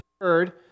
heard